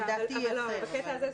לדעתי נוהל אחר.